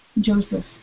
Joseph